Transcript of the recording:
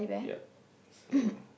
yup so